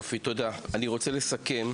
יופי, תודה, אני רוצה לסכם.